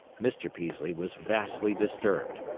mr. peaslee was vastly disturbed.